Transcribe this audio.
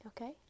okay